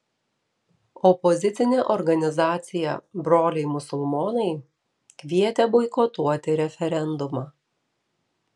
opozicinė organizacija broliai musulmonai kvietė boikotuoti referendumą